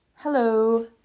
Hello